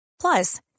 Plus